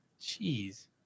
Jeez